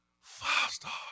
five-star